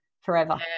forever